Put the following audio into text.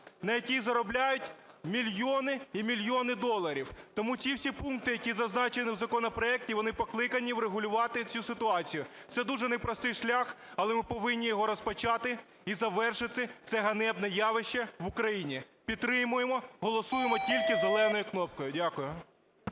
на якій заробляють мільйони і мільйони доларів. Тому ці всі пункти, які зазначені в законопроекті, вони покликанні врегулювати цю ситуацію. Це дуже непростий шлях, але ми повинні його розпочати і завершити це ганебне явище в Україні. Підтримаємо, голосуємо тільки зеленою кнопкою. Дякую.